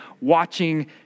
watching